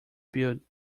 build